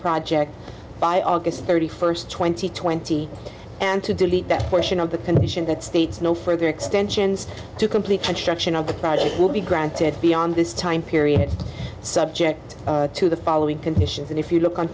project by august thirty first twenty twenty and to delete that portion of the condition that states no further extensions to complete construction of the project will be granted beyond this time period subject to the following conditions and if you look on